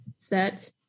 Set